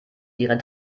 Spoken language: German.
ihrer